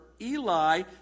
Eli